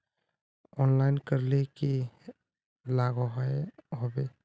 Online करले की लागोहो होबे?